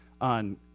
on